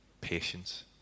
patience